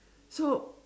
so